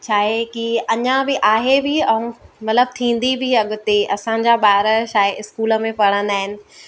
छा आहे कि अञा बि आहे बि ऐं मतिलबु थींदी बि अॻिते असांजा ॿार छा आहे स्कूल में पढ़ंदा आहिनि